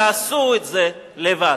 תעשו את זה לבד.